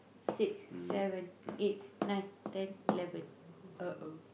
six seven eight nine ten eleven [uh-oh]